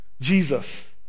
Jesus